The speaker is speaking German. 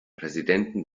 präsidenten